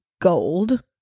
Gold